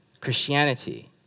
Christianity